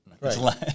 Right